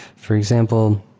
for example,